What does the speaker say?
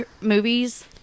movies